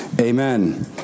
Amen